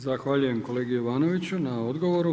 Zahvaljujem kolegi Jovanoviću na odgovoru.